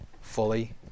fully